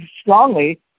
strongly